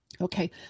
Okay